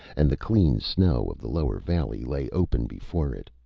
and the clean snow of the lower valley lay open before it.